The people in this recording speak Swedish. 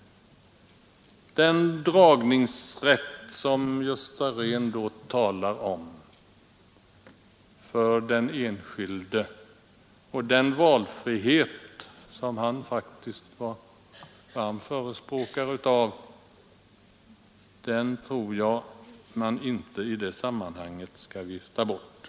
Den dragningsrätt som Gösta Rehn talar om för den enskilde, och den valfrihet som han faktiskt var varm förespråkare för, tror jag att man inte i detta sammanhang skall vifta bort.